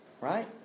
right